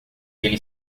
ele